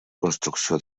construcció